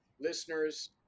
listeners